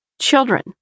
children